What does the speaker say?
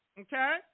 Okay